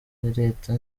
leta